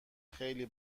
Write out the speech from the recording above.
خیلی